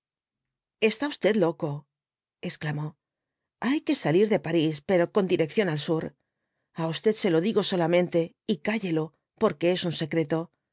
está usted loco exclamó hay que salir de parís pero con dirección al sur a usted se lo digo solamente y cállelo porque es un secreto